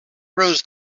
rows